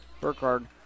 Burkhard